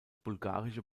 bulgarische